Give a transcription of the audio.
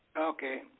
Okay